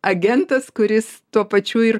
agentas kuris tuo pačiu ir